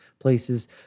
Places